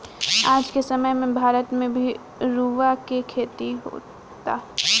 आज के समय में भारत में भी रुआ के खेती होता